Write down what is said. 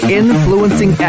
influencing